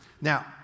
Now